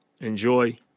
Enjoy